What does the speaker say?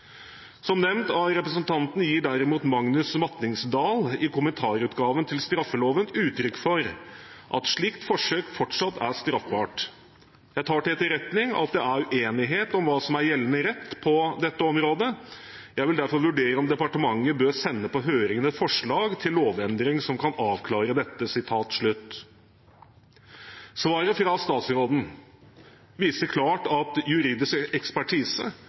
Som nevnt av representanten gir derimot Magnus Matningsdal i kommentarutgaven til straffeloven uttrykk for at slikt forsøk fortsatt er straffbart. Jeg tar til etterretning at det er uenighet om hva som er gjeldende rett på dette området. Jeg vil derfor vurdere om departementet bør sende på høring et forslag til lovendring som kan avklare dette.» Svaret fra statsråden viste klart at juridisk ekspertise